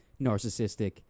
narcissistic